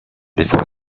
bevor